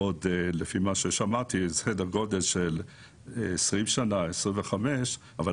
לפי מה ששמעתי בעוד 20-25 שנה,